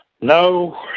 No